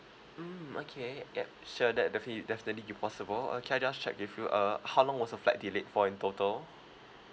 mm okay yup sure that definitely definitely be possible uh can I just check with you uh how long was your flight delayed for in total